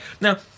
now